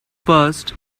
first